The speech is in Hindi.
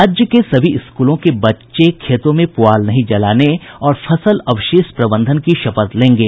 राज्य के सभी स्कूलों के बच्चे खेतों में पुआल नहीं जलाने और फसल अवशेष प्रबंधन की शपथ लेंगे